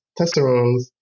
testosterone